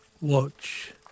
Watch